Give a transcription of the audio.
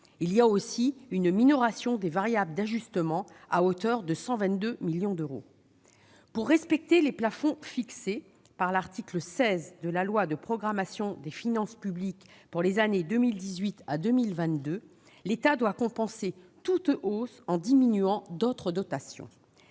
cela s'ajoute une minoration des variables d'ajustement à hauteur de 122 millions d'euros. Pour respecter les plafonds fixés par l'article 16 de la loi de programmation des finances publiques pour les années 2018 à 2022, l'État doit en effet compenser toute hausse en diminuant d'autres dotations.